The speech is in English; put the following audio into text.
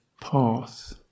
Path